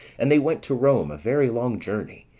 and they went to rome, a very long journey,